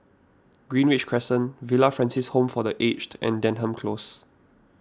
Greenridge Crescent Villa Francis Home for the Aged and Denham Close